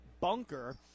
bunker